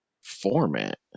format